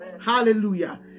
Hallelujah